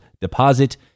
deposit